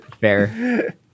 Fair